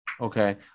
Okay